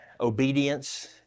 Obedience